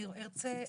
אני ארצה להגיד.